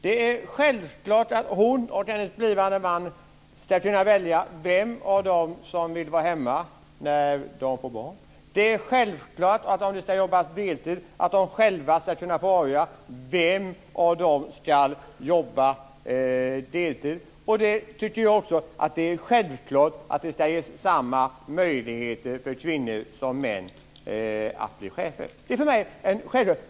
Det är självklart att hon och hennes blivande man ska kunna välja vem av dem som ska vara hemma när de får barn. Det är självklart att om någon ska jobba deltid är det de själva som ska få avgöra vem av dem som ska jobba deltid. Jag tycker också att det är självklart att det ska ges samma möjligheter för kvinnor som för män att bli chefer. Det är för mig självklart.